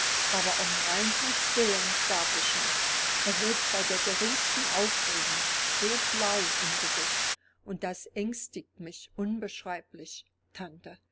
aber um reinholds willen darf ich nicht er wird bei der geringsten aufregung so blau im gesicht und das ängstigt mich unbeschreiblich tante